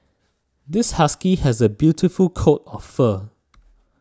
this husky has a beautiful coat of fur